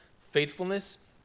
faithfulness